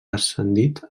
ascendit